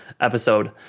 episode